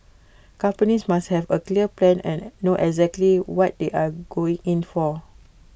companies must have A clear plan and know exactly what they are going in for